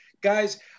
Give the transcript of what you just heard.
guys